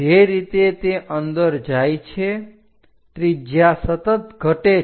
જે રીતે તે અંદર જાય છે ત્રિજ્યા સતત ઘટે છે